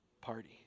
party